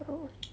oh okay